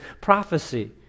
prophecy